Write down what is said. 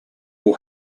will